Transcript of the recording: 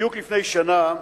בדיוק לפני שנה,